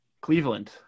cleveland